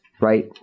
right